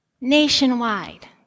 Nationwide